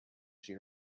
she